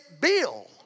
bill